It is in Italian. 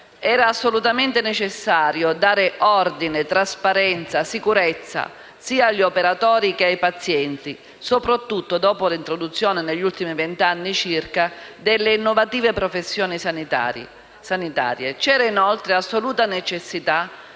Era assolutamente necessario dare ordine, trasparenza, sicurezza sia agli operatori che ai pazienti, soprattutto dopo l'introduzione, negli ultimi 20 anni circa, delle innovative professioni sanitarie. C'era, inoltre, assoluta necessità